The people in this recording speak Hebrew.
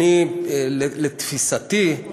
לתפיסתי,